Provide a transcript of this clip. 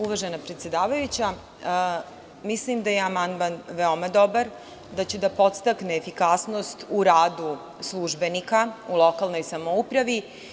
Uvažena predsedavajuća, mislim da je amandman veoma dobar, da će da podstakne efikasnost u radu službenika u lokalnoj samoupravi.